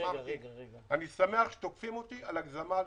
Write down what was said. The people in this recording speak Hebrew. אני שמח שתוקפים אותי על הגזמה לטובה.